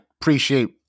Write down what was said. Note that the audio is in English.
appreciate